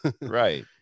right